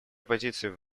позиций